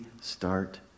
start